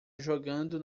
jogando